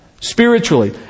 spiritually